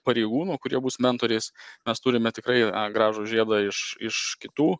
pareigūnų kurie bus mentoriais mes turime tikrai gražų žiedą iš iš kitų